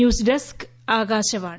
news desk Akashvani